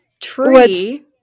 Tree